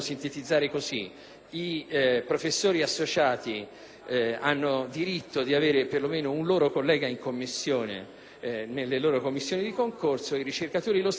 i professori associati hanno diritto di avere per lo meno un loro collega nelle commissioni di concorso ed i ricercatori lo stesso, non per una questione corporativa,